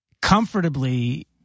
comfortably